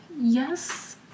Yes